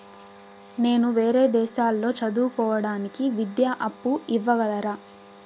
నేను వేరే దేశాల్లో చదువు కోవడానికి విద్యా అప్పు ఇవ్వగలరా?